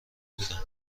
بودم